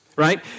right